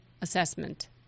assessment